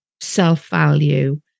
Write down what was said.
self-value